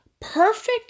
perfect